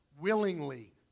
willingly